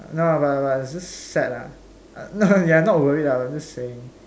no but but but just sad lah no ya not worried lah but just saying